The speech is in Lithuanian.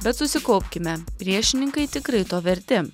bet susikaupkime priešininkai tikrai to verti